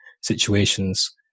situations